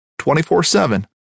24-7